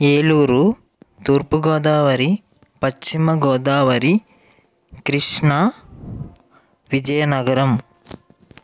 ఏలూరు తూర్పు గోదావరి పశ్చిమ గోదావరి క్రిష్ణా విజయనగరం